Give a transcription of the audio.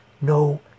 no